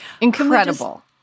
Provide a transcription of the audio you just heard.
incredible